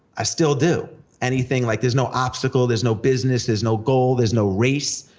i still do. anything, like there's no obstacle, there's no business, there's no goal, there's no race.